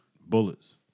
bullets